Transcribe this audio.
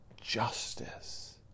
justice